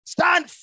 Stand